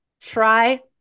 Try